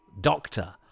doctor